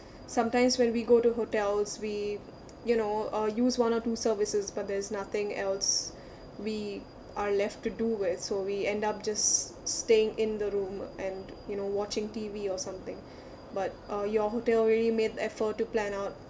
sometimes when we go to hotels we you know uh use one or two services but there's nothing else we are left to do where so we end up just staying in the room and you know watching T_V or something but uh your hotel really made effort to plan out